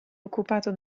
occupato